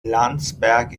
landsberg